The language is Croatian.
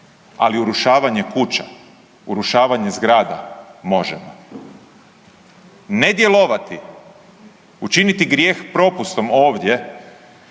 ali urušavanje kuća, urušavanje zgrada možemo. Ne djelovati učiniti grijeh propustom ovdje